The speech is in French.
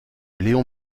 léon